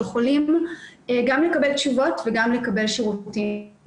חולים גם לקבל תשובות וגם לקבל שירותים.